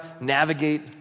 navigate